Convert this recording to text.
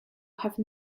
have